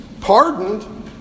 pardoned